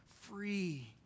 free